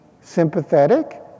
sympathetic